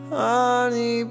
honey